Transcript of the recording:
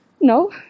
No